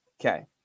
Okay